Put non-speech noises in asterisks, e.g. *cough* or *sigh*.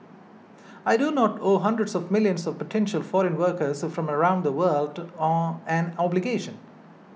I do not owe hundreds of millions of potential foreign workers from around the world *hesitation* an obligation